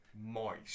Moist